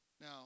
Now